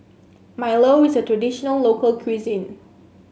milo is a traditional local cuisine